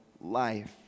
life